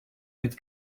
oedd